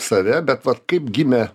save bet vat kaip gimė